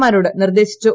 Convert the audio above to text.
മാരോട് നിർദ്ദേശിച്ചു